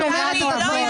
לפניך.